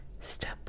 Step